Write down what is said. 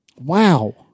Wow